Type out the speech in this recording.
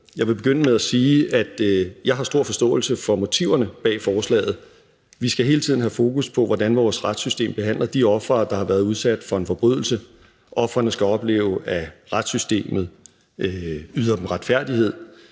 Jeg vil begynde med at sige, at jeg har stor forståelse for motiverne bag forslaget. Vi skal hele tiden have fokus på, hvordan vores retssystem behandler de ofre, der har været udsat for en forbrydelse. Ofrene skal opleve, at retssystemet yder dem retfærdighed,